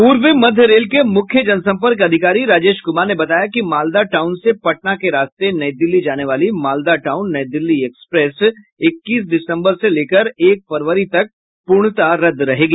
पूर्व मध्य रेल के मुख्य जनसंपर्क अधिकारी राजेश कुमार ने बताया कि मालदा टाउन से पटना के रास्ते नई दिल्ली जाने वाली मालदा टाउन नई दिल्ली एक्सप्रेस इक्कीस दिसंबर से लेकर एक फरवरी तक पूर्णतः रद्द रहेगी